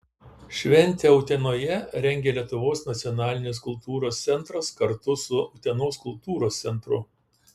šventę utenoje rengia lietuvos nacionalinis kultūros centras kartu su utenos kultūros centru